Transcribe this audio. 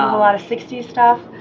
a lot of sixty s stuff.